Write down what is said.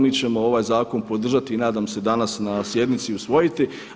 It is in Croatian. Mi ćemo ovaj zakon podržati i nadam se danas na sjednici usvojiti.